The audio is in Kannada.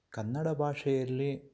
ಕನ್ನಡ ಭಾಷೆಯಲ್ಲಿ